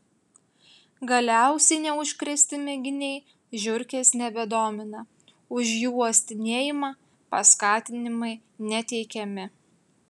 galiausiai neužkrėsti mėginiai žiurkės nebedomina už jų uostinėjimą paskatinimai neteikiami